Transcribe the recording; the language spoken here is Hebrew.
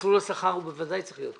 מסלול השכר בוודאי צריך להיות קבוע.